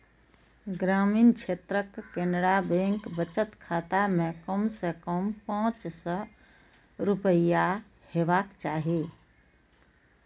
ग्रामीण क्षेत्रक केनरा बैंक बचत खाता मे कम सं कम पांच सय रुपैया रहबाक चाही